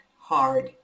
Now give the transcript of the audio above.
hard